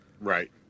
right